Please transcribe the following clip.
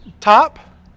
top